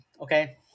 okay